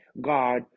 God